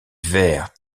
vert